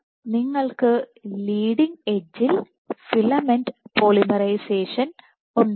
നിങ്ങൾക്ക് ലീഡിങ് എഡ്ജിൽ filament polymerisation ഉണ്ടാവാം